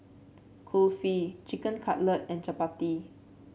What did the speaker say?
Kulfi Chicken Cutlet and Chapati